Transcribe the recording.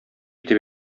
итеп